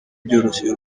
byoroshye